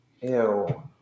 Ew